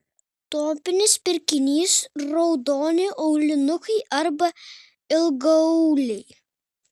topinis pirkinys raudoni aulinukai arba ilgaauliai